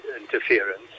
interference